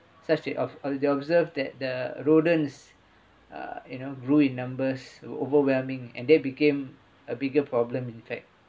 such as of of the observed that the rodents uh you know grew in numbers were overwhelming and that became a bigger problem in fact